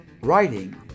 writing